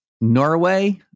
Norway